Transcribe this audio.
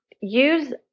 use